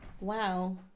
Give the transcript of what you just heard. Wow